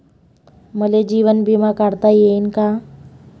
मले जीवन बिमा काढता येईन का?